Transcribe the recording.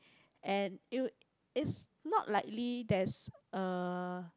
and it will it's not likely there's uh